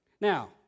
Now